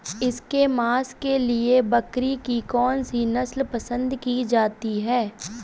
इसके मांस के लिए बकरी की कौन सी नस्ल पसंद की जाती है?